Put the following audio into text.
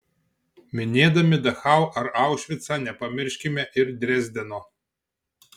minėdami dachau ar aušvicą nepamirškime ir drezdeno